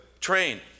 train